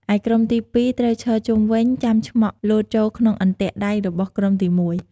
ឯក្រុមទី២ ត្រូវឈរជុំវិញ ចាំឆ្មក់លោតចូលក្នុងអន្ទាក់ដៃរបស់ក្រុមទី១។